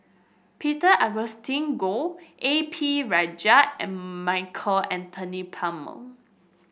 Peter Augustine Goh A P Rajah and Michael Anthony Palmer